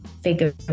figure